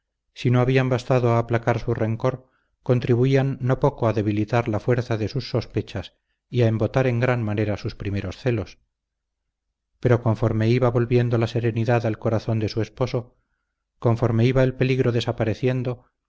si no habían bastado a aplacar su rencor contribuían no poco a debilitar la fuerza de sus sospechas y a embotar en gran manera sus primeros celos pero conforme iba volviendo la serenidad al corazón de su esposo conforme iba el peligro desapareciendo